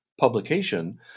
publication